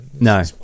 No